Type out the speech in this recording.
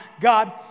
God